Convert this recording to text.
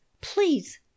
please